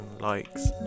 likes